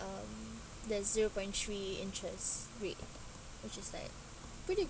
um the zero-point-three interest rate which is like pretty